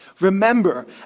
remember